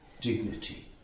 dignity